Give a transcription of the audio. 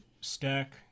Stack